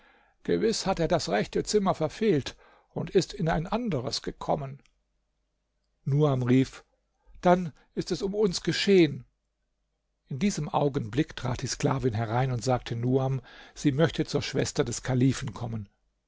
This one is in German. gewiß hat er das rechte zimmer verfehlt und ist in ein anderes gekommen nuam rief dann ist es um uns geschehen in diesem augenblick trat die sklavin herein und sagte nuam sie möchte zur schwester des kalifen kommen